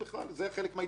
זה חלק מההתבגרות.